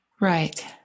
Right